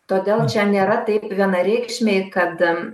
todėl čia nėra taip vienareikšmiai kad